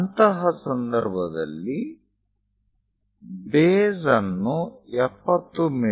ಅಂತಹ ಸಂದರ್ಭದಲ್ಲಿ ಬೇಸ್ ಅನ್ನು 70 ಮಿ